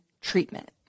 treatment